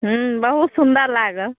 हूँ बहुत सुन्दर लागल